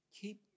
keep